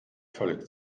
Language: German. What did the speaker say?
völlig